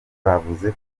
bavuze